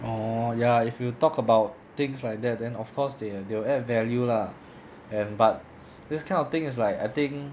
orh ya if you talk about things like that then of course they they will add value lah and but this kind of thing is like I think